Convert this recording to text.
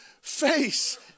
face